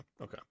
okay